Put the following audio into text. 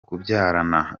kubyarana